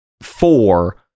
four